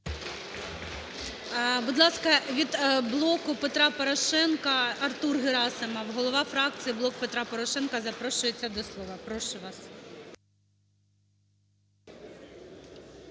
Будь ласка, від "Блоку Петра Порошенка" Артур Герасимов, голова фракції "Блок Петра Порошенка" запрошується до слова. Прошу вас.